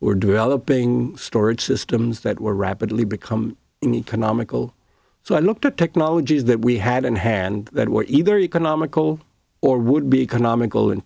we're developing storage systems that were rapidly become an economical so i looked at technologies that we had in hand that were either economical or would be economical in